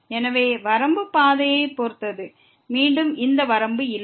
எனவே வரம்பு பாதையைப் பொறுத்தது மீண்டும் இந்த வரம்பு இல்லை